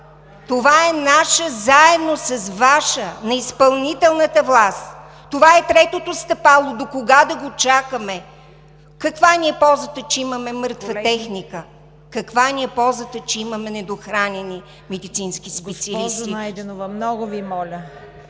Това е наша работа, заедно с Ваша – на изпълнителната власт. Това е третото стъпало, докога да го чакаме? Каква ни е ползата, че имаме мъртва техника, каква ни е ползата, че имаме недохранени медицински специалисти? ПРЕДСЕДАТЕЛ ЦВЕТА